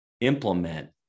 implement